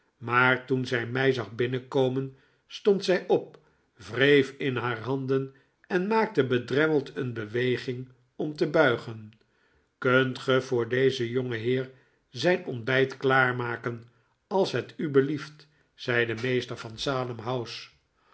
maar toen zij mij zag binnenkomen stond zij op wreef in haar handen en maakte bedremmeld een beweging om te buigen kunt ge voor dezen jongenheer zijn ontbijt klaarmaken als het u belieft zei de meester van salem